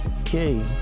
okay